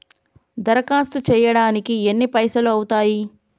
దరఖాస్తు చేయడానికి ఎన్ని పైసలు అవుతయీ?